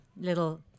Little